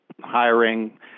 hiring